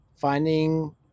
Finding